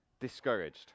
discouraged